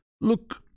look